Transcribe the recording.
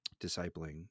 discipling